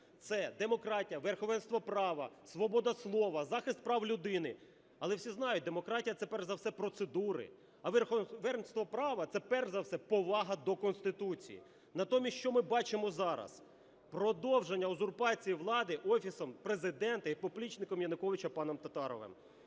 це демократія, верховенство права, свобода слова, захист прав людини. Але всі знають, демократія – це перш за все процедури, а верховенство права – це перш за все повага до Конституції. Натомість, що ми бачимо зараз? Продовження узурпації влади Офісом Президента і поплічником Януковича паном Татаровим.